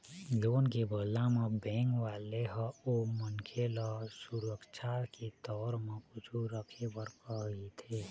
loan के बदला म बेंक वाले ह ओ मनखे ल सुरक्छा के तौर म कुछु रखे बर कहिथे